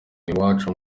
iwacu